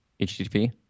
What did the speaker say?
HTTP